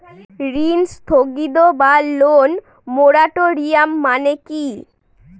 ঋণ স্থগিত বা লোন মোরাটোরিয়াম মানে কি?